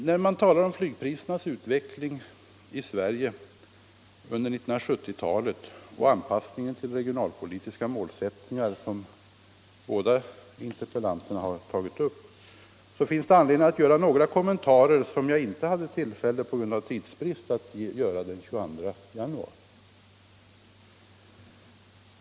När man talar om flygprisernas utveckling i Sverige under 1970-talet och anpassningen till regionalpolitiska målsättningar, som båda interpellanterna har tagit upp, finns det anledning att göra några kommentarer som jag på grund av tidsbrist inte hade tillfälle att göra den 22 januari.